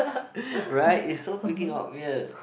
right it's so freaking obvious